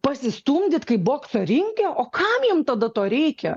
pasistumdyt kaip bokso ringe o kam jum tada to reikia